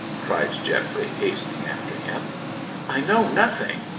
cried geoffrey, hastening after him i know nothing.